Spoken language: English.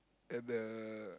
and the